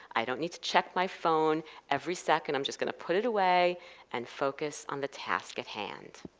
i don't need to check my phone every second i'm just going to put it away and focus on the task at hand.